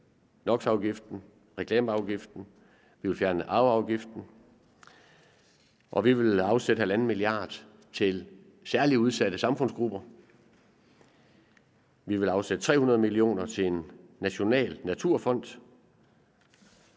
NOx-afgiften, reklameafgiften. Vi vil fjerne arveafgiften. Og vi vil afsætte 1,5 mia. kr. til særlig udsatte samfundsgrupper. Vi vil afsætte 300 mio. kr. til en national naturfond.